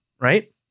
right